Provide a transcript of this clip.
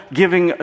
giving